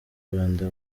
rwanda